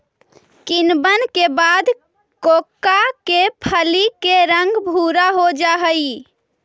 किण्वन के बाद कोकोआ के फली के रंग भुरा हो जा हई